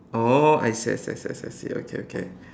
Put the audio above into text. oh I see I see I see I see okay okay